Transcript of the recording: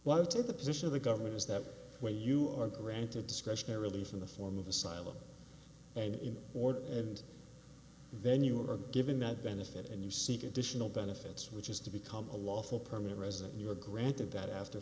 why i took the position of the government is that when you are granted discretionary elise in the form of asylum and in order and then you are given that benefit and you seek additional benefits which is to become a lawful permanent resident you are granted that after